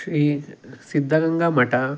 Shri Siddaganga Math